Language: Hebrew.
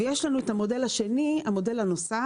ויש לנו את המודל השני, המודל הנוסף.